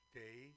day